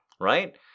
right